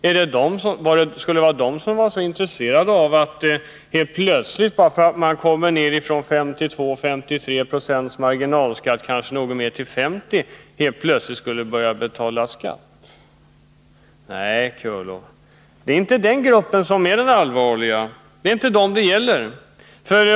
Är det de som — bara för att de helt plötsligt får en sänkning av marginalskatten på 2-3 90 eller kanske något mer ned till 50 90 — genast skulle vara intresserade av att betala skatt? Nej, Björn Körlof, det är inte den gruppen som är ett allvarligt problem. Det är inte de människorna det gäller.